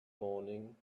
morning